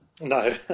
no